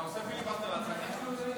אתה עושה פיליבסטר לעצמכם?